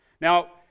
Now